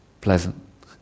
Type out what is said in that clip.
pleasant